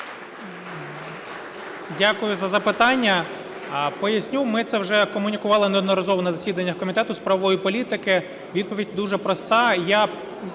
Дякую за запитання. Поясню, ми це вже комунікували неодноразово на засіданнях Комітету з правової політики. Відповідь дуже проста: